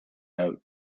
note